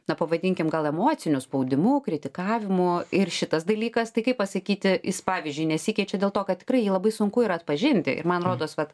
na pavadinkim gal emociniu spaudimu kritikavimu ir šitas dalykas tai kaip pasakyti jis pavyzdžiui nesikeičia dėl to kad tikrai jį labai sunku ir atpažinti ir man rodos vat